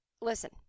listen